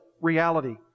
reality